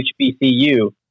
HBCU